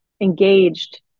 engaged